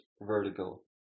vertical